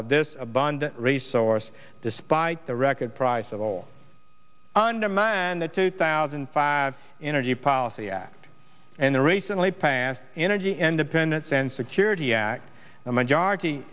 of this abundant resource despite the record price of all on demand the two thousand and five interview policy act and the recently passed energy independence and security act a majority